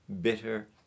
bitter